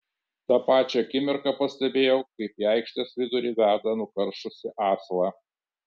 tą pačią akimirką pastebėjau kaip į aikštės vidurį veda nukaršusį asilą